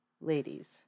Ladies